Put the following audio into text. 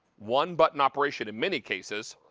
one-button operation in many cases.